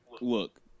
Look